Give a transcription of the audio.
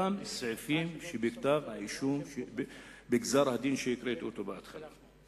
אותם סעיפים שבכתב האישום בגזר-הדין שהקראתי בהתחלה.